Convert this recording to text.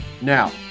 Now